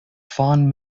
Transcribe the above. fond